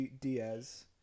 Diaz